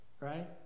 right